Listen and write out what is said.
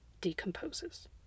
decomposes